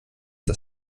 das